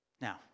Now